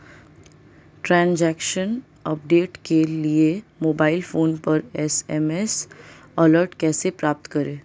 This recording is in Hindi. ट्रैन्ज़ैक्शन अपडेट के लिए मोबाइल फोन पर एस.एम.एस अलर्ट कैसे प्राप्त करें?